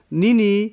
nini